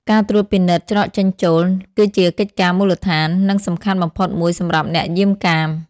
ការត្រួតពិនិត្យច្រកចេញចូល គឺជាកិច្ចការមូលដ្ឋាន និងសំខាន់បំផុតមួយសម្រាប់អ្នកយាមកាម។